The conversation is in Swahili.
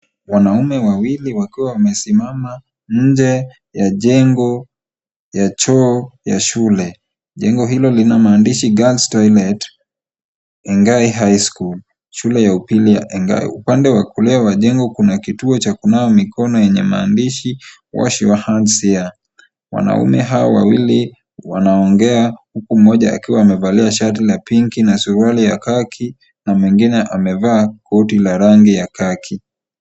Wanaume wawili wakiwa wamesimama nje ya jengo ya choo ya shule. Jengo hilo lina maandishi girls toilet Engai high school Shule ya pili ya Engai. Upande wa kulia wa jengo kuna kituo cha kunawa mikono yenye maandishi wash your hands here . Wanaume hao wawili wanaongea huku mmoja akiwa amevalia shati la pinki na suruali ya khaki na mwingine amevaa koti la rangi ya khaki .